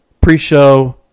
Pre-show